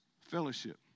fellowship